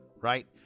right